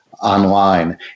online